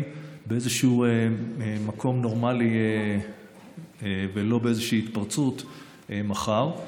באיזה מקום נורמלי ולא באיזושהי התפרצות מחר.